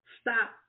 Stop